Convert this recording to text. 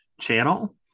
channel